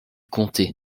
comté